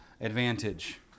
advantage